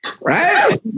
right